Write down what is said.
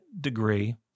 degree